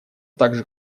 также